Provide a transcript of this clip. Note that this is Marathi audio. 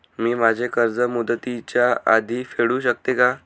मी माझे कर्ज मुदतीच्या आधी फेडू शकते का?